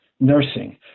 nursing